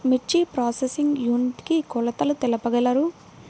మిర్చి processing unit కి కొలతలు తెలుపగలరు?